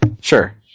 Sure